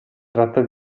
tratta